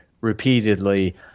repeatedly